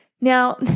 Now